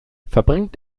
verbringt